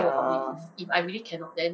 ya